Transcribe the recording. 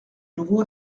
nouveau